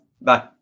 Bye